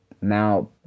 now